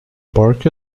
bark